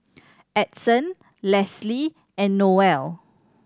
Edson Lesley and Noelle